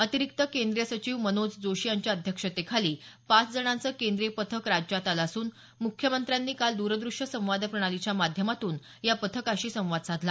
अतिरिक्त केंद्रीय सचिव मनोज जोशी यांच्या अध्यक्षतेखाली पाच जणांचं केंद्रीय पथक राज्यात आलं असून मुख्यमंत्र्यांनी काल द्रदृश्य संवाद प्रणलीच्या माध्यमातून पथकाशी संवाद साधला